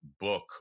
book